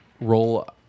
Roll